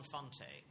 Fonte